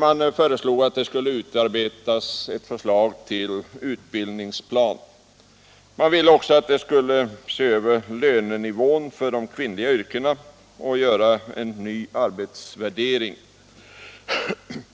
Där föreslogs att en utbildningsplan skulle utarbetas, att lönenivån för de kvinnliga yrkena skulle ses över och en ny arbetsvärdering göras. Vidare föreslogs